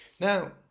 Now